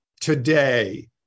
today